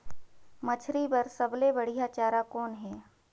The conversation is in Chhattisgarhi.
मछरी बर सबले बढ़िया चारा कौन हे?